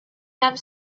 have